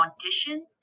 audition